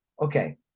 okay